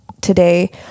today